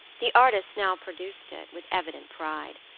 the artist now produced it, with evident pride.